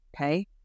okay